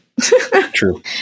True